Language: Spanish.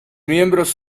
miembros